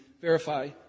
Verify